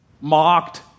mocked